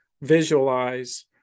visualize